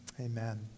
Amen